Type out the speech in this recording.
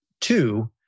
two